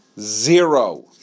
Zero